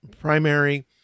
primary